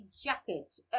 jacket